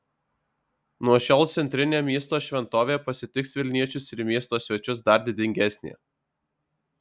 nuo šiol centrinė miesto šventovė pasitiks vilniečius ir miesto svečius dar didingesnė